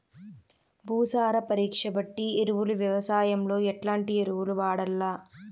భూసార పరీక్ష బట్టి ఎరువులు వ్యవసాయంలో ఎట్లాంటి ఎరువులు వాడల్ల?